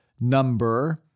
number